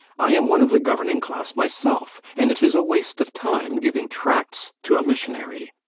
i am one of the governing class myself and it is waste of time giving tracts to a missionary.